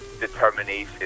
determination